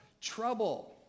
trouble